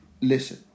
Listen